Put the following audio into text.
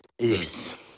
yes